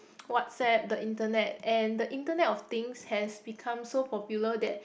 WhatsApp the internet and the internet of things has become so popular that